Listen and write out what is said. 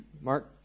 Mark